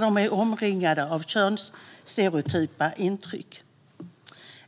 de är omringade av könsstereotypa intryck.